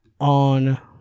on